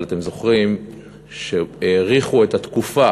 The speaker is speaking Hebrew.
אבל אתם זוכרים שהאריכו את התקופה